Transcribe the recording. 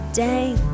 day